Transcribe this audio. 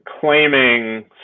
claiming